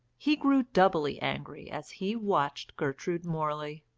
he grew doubly angry as he watched gertrude morley.